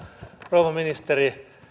rouva ministeri